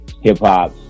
Hip-hop